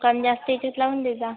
कान जास्तीचेच लावून दे जा